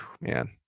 man